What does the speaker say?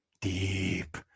Deep